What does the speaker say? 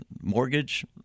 mortgage